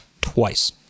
twice